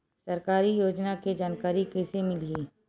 सरकारी योजना के जानकारी कइसे मिलही?